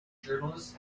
journalists